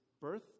birth